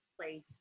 place